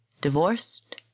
Divorced